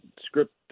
script